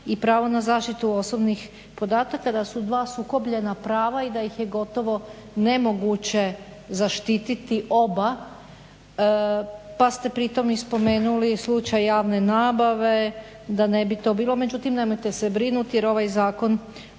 i pravo na zaštitu osobnih podataka da su dva sukobljena prava i da ih je gotovo nemoguće zaštititi oba pa ste pritom i spomenuli slučaj javne nabave da ne bi to bilo. Međutim, nemojte se brinuti jer ovaj Zakon